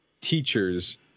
teachers